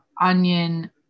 onion